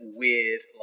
weird